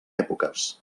èpoques